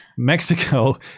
Mexico